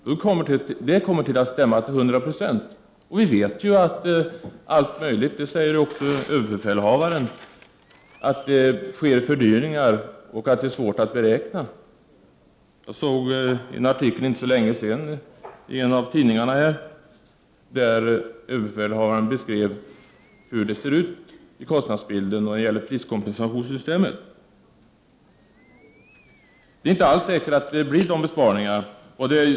Han menar att det kommer att stämma till hundra procent. Vi vet ju, och det säger ju också överbefälhavaren, att det blir fördyringar och att det blir svårt att göra beräkningar. Jag såg i en artikel i en tidning för inte så länge sedan att överbefälhavaren beskrev kostnadsbilden och priskompensationssystemet. Det är inte alls säkert att det blir de önskade besparingarna.